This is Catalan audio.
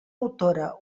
autora